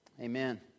Amen